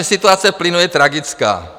Situace v plynu je tragická.